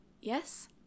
yes